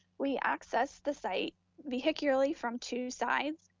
we access the site vehicularly from two sides.